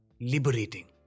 liberating